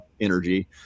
energy